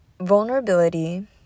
vulnerability